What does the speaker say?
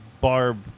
Barb